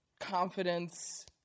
Confidence